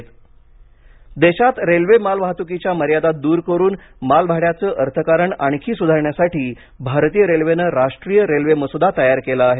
railway देशात railway मालवाहतुकीतल्या मर्यादा दूर करून माल भाड्याचं अर्थकारण आणखी सुधारण्यासाठी भारतीय रेल्वेनं राष्ट्रीय रेल्वे मसुदा तयार केला आहे